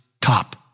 top